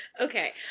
okay